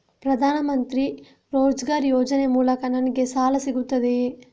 ಪ್ರದಾನ್ ಮಂತ್ರಿ ರೋಜ್ಗರ್ ಯೋಜನೆ ಮೂಲಕ ನನ್ಗೆ ಸಾಲ ಸಿಗುತ್ತದೆಯೇ?